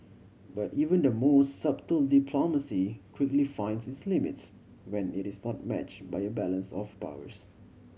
but even the most subtle diplomacy quickly finds its limits when it is not match by a balance of powers